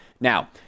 Now